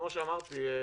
כמו שאמרתי.